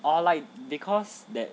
or like because that